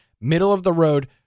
middle-of-the-road